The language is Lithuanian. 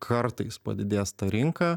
kartais padidės ta rinka